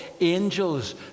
angels